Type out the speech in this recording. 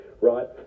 right